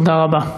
תודה רבה.